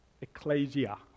ecclesia